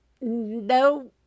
no